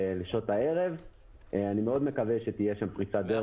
אני מאוד מקווה שתהיה שם פריצת דרך ונוכל לסיים.